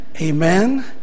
amen